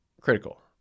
critical